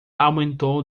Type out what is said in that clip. aumentou